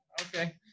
Okay